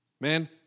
Man